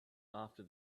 after